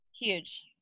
huge